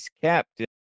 captain